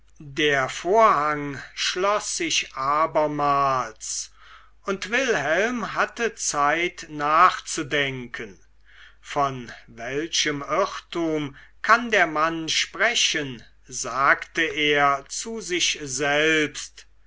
der vorhang schloß sich abermals und wilhelm hatte zeit nachzudenken von welchem irrtum kann der mann sprechen sagte er zu sich selbst